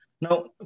Now